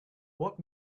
what